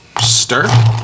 Stir